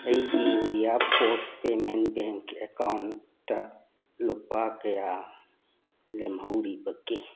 ꯑꯩꯒꯤ India post payments bank account ꯂꯨꯄꯥ ꯀꯌꯥ ꯂꯦꯝꯍꯧꯔꯤꯕꯒꯦ